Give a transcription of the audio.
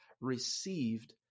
received